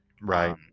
Right